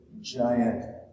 giant